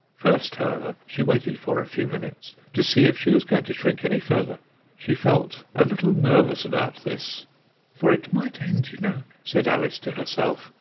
first, however, she waited for a few minutes to see if she was going to shrink any further she felt a little nervous about this for it might end, you know said alice to herself,